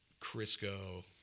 Crisco